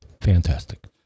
Fantastic